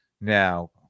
now